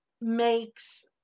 makes